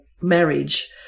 marriage